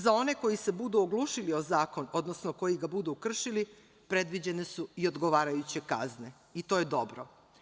Za one koji se budu oglušili o zakon, odnosno koji ga budu kršili, predviđene su i odgovarajuće kazne i to je dobro.